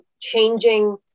changing